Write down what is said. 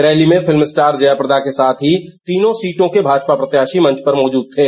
rally में film star Jaya Prada के साथ ही तीनों सीटों के भाजपा प्रत्याशी मंच पर मौजूद थे